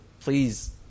Please